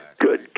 Good